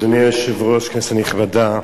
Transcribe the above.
אדוני היושב-ראש, כנסת נכבדה,